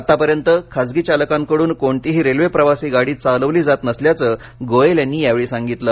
आत्तापर्यंत खाजगी चालकांकडून कोणतीही रेल्वे प्रवासी रेल्वेगाडी चालविली जात नसल्याचं गोयल यांनी यावेळी सांगितलं